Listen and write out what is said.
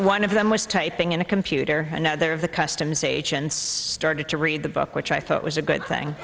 one of them was typing in a computer and there of the customs agents started to read the book which i thought was a good thing